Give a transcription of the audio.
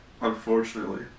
Unfortunately